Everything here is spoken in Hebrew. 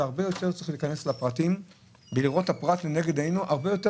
צריך להיכנס לפרטים ולראות את הפרט לנגד עינינו הרבה יותר